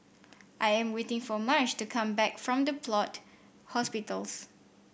I am waiting for Marsh to come back from The Plot Hospitals